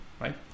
right